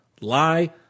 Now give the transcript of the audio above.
lie